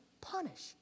punish